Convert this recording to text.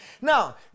Now